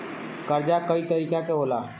कागज कई तरीका के होला